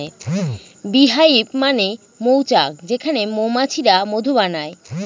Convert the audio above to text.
bee hive মানে মৌচাক যেখানে মৌমাছিরা মধু বানায়